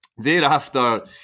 thereafter